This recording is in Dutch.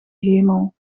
hemel